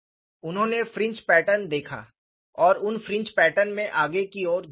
उन्होंने fringe pattern देखा और उन फ्रिंज पैटर्न में आगे की ओर झुकाव था